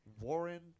Warren